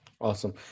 Awesome